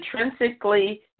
intrinsically